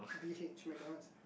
B_H McDonald